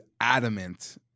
adamant